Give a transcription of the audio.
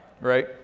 right